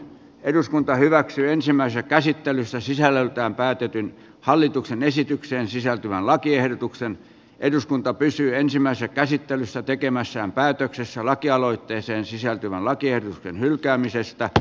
eduskunta hyväksyi ensimmäisen käsittelyssä sisällöltään päätetyn hallituksen esitykseen sisältyvän lakiehdotuksen eduskunta pysyy ensimmäistä käsittelyssä tekemässään päätöksessä lakialoitteeseen sisältyvää mennyt aika ylitse